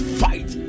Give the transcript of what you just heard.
fight